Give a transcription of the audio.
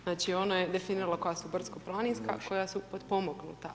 Znači ono je definiralo koja su brdsko planinska a koja su potpomognuta.